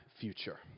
future